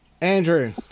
Andrew